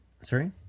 sorry